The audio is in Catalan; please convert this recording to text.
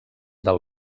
del